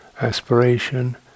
Aspiration